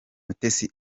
mutesi